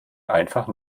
einfach